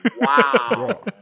wow